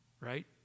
Right